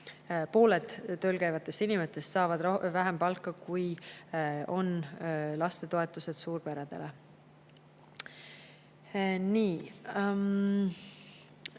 pooled tööl käivatest inimestest saavad vähem palka, kui on lastetoetused suurperedele.